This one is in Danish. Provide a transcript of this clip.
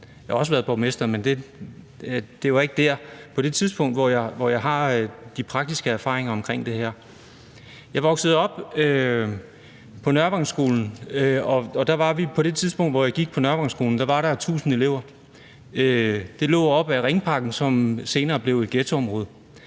Jeg har også været borgmester, men det var ikke i forhold til det, at jeg fik de praktiske erfaringer omkring det her. Da jeg voksede op, gik jeg på Nørrevangsskolen, og på det tidspunkt var der 1.000 elever. Det lå op ad Ringparken, som senere blev et ghettoområde.